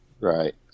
right